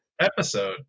episode